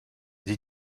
des